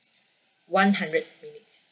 one hundred minutes